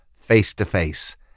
face-to-face